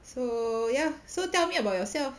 so ya so tell me about yourself